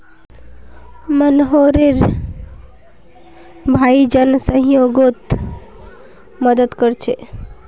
मोहनेर भाई जन सह्योगोत मदद कोरछे